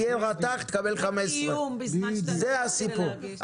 תהיה רתך תקבל 15,000. זה הסיפור,